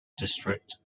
district